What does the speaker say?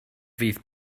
fydd